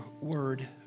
word